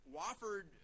Wofford